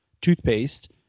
toothpaste